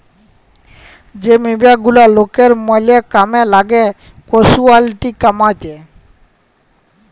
যে বীমা গুলা লকের ম্যালা কামে লাগ্যে ক্যাসুয়ালটি কমাত্যে